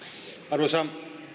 arvoisa